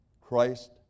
Christ